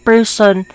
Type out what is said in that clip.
Person